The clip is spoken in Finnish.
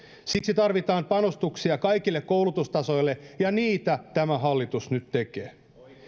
siksi tarvitaan panostuksia kaikille koulutustasoille ja niitä tämä hallitus nyt tekee